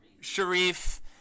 Sharif